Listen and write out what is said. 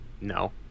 No